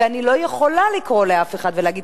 ואני לא יכולה לקרוא לאף אחד ולהגיד,